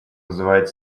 вызывает